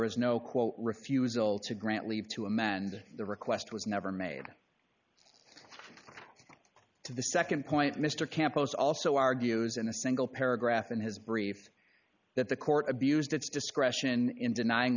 is no quote refusal to grant leave to amend the request was never made to the nd point mr campos also argues in a single paragraph in his brief that the court abused its discretion in denying